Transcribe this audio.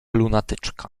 lunatyczka